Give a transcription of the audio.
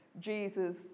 Jesus